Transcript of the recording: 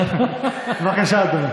בבקשה, אדוני.